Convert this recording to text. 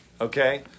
Okay